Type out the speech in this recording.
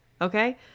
Okay